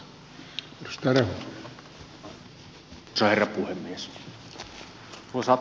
arvoisa herra puhemies